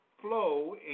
flow